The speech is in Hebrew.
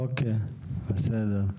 אוקיי, בסדר.